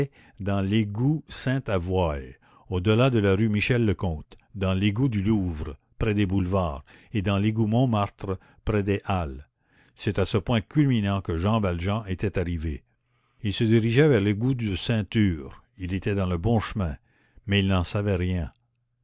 dans l'égout sainte avoye au delà de la rue michel le comte dans l'égout du louvre près des boulevards et dans l'égout montmartre près des halles c'est à ce point culminant que jean valjean était arrivé il se dirigeait vers l'égout de ceinture il était dans le bon chemin mais il n'en savait rien